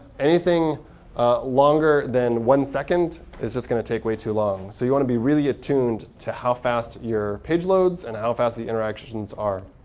anything longer than one second is just going to take way too long. so you want to be really attuned to how fast your page loads and how fast the interactions are.